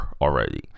already